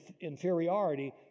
inferiority